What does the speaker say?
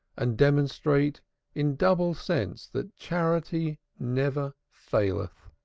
and demonstrate in double sense that charity never faileth.